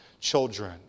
children